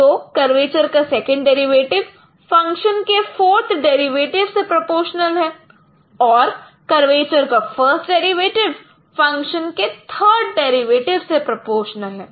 तो कर्वेचर का second derivative function के फोर्थ डेरिवेटिव से प्रोपोर्शनल है और कर्वेचर का फ़र्स्ट डेरिवेटिव फंक्शन के थर्ड डेरिवेटिव से प्रोपोर्शनल है